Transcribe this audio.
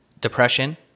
depression